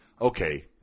Okay